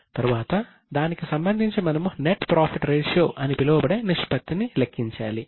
తరువాత దానికి సంబంధించి మనము నెట్ ప్రాఫిట్ రేషియో అని పిలువబడే నిష్పత్తిని లెక్కించాలి